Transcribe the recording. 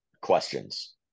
questions